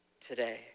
today